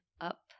up